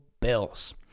Bills